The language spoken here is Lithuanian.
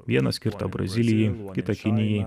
vieną skirtą brazilijai kitą kinijai